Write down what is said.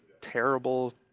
terrible